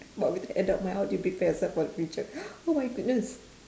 but with adult mind how do you prepare yourself for the future oh my goodness